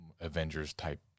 Avengers-type